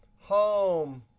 home,